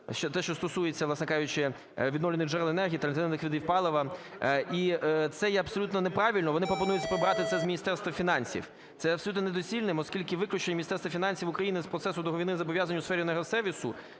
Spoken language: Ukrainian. власне кажучи, відновлюваних джерел енергії та альтернативних видів палива. І це є абсолютно неправильно, вони пропонують прибрати це Міністерства фінансів. Це є абсолютно недоцільним, оскільки виключення Міністерства фінансів України з процесу договірних зобов'язань у сфері енергосервісу